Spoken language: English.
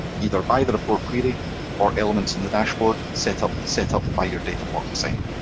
either by the report query or elements in the dashboard set up set up by your datablock designer.